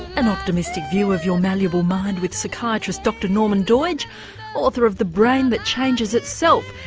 an optimistic view of your malleable mind with psychiatrist dr norman doidge author of the brain that changes itself.